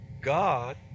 god